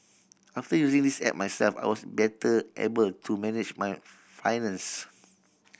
after using this app myself I was better able to manage my finance